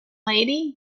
lady